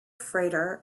freighter